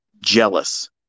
jealous